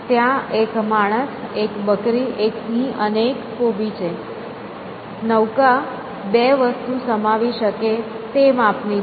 ત્યાં એક માણસ એક બકરી એક સિંહ અને એક કોબી છે અને નૌકા 2 વસ્તુ સમાવી શકે તે માપની છે